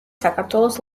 საქართველოს